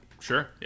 Sure